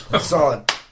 Solid